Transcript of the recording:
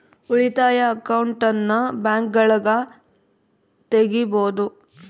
ಉಳಿತಾಯ ಅಕೌಂಟನ್ನ ಬ್ಯಾಂಕ್ಗಳಗ ತೆಗಿಬೊದು